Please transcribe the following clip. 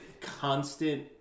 constant